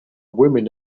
women